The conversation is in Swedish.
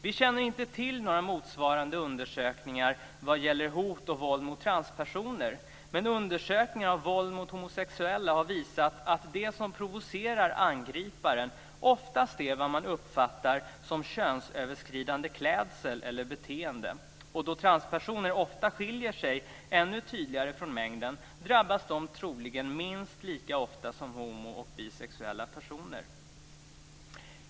Vi känner inte till några motsvarande undersökningar vad gäller hot och våld mot transpersoner, men undersökningar av våld mot homosexuella har visat att det som provocerar angriparen oftast är vad man uppfattar som könsöverskridande klädsel eller beteende. Då transpersoner ofta skiljer sig ännu tydligare från mängden drabbas de troligen minst lika ofta som homo och bisexuella personer.